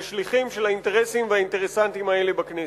ושליחים של האינטרסים והאינטרסנטים האלה בכנסת.